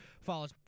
follows